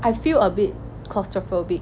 I feel a bit claustrophobic